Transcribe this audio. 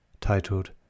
titled